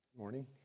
morning